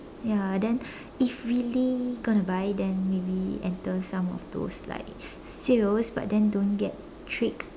ya then if really gonna buy then maybe enter some of those like sales but then don't get tricked